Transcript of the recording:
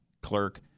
clerk